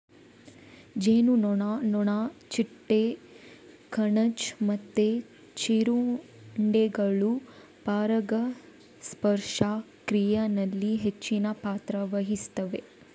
ಜೇನುನೊಣ, ನೊಣ, ಚಿಟ್ಟೆ, ಕಣಜ ಮತ್ತೆ ಜೀರುಂಡೆಗಳು ಪರಾಗಸ್ಪರ್ಶ ಕ್ರಿಯೆನಲ್ಲಿ ಹೆಚ್ಚಿನ ಪಾತ್ರ ವಹಿಸ್ತವೆ